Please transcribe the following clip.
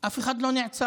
אף אחד לא נעצר.